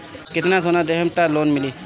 कितना सोना देहम त लोन मिली?